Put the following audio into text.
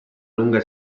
lunga